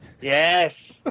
Yes